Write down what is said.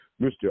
Mr